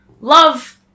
love